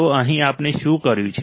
તો અહીં આપણે શું કર્યું છે